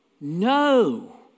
No